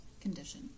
condition